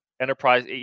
Enterprise